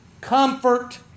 comfort